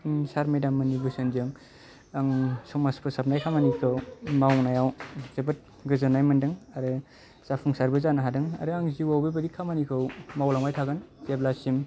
सार मेदाम मोननि बोसोनजों आं समाज फोसाबनाय खामानिखौ मावनायाव जोबोद गोजोननाय मोनदों आरो जाफुंसारबो जानो हादों आरो आं जिउआव बेबादि खामानिखौ मावलांबाय थागोन जेब्लासिम